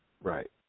right